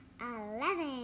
Eleven